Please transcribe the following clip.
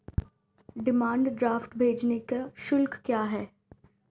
Demand draft भेजने का शुल्क क्या है?